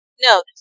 No